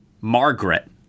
Margaret